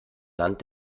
land